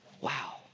Wow